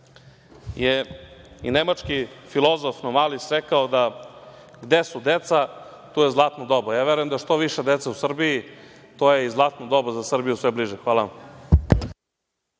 je i nemački filozof Nomalis rekao da gde su deca tu je zlatno doba. Ja verujem da što više dece u Srbiji, to je i zlatno doba za Srbiju sve bliže. Hvala.